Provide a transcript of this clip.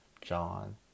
John